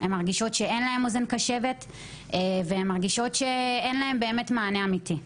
הן מרגישות שאין להן אוזן קשבת ואין להן מענה אמיתי.